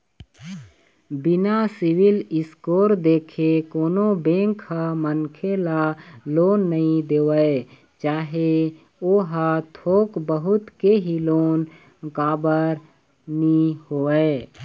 बिना CIBIL score देखे कोनो बेंक ह मनखे ल लोन नइ देवय चाहे ओहा थोक बहुत के ही लोन काबर नीं होवय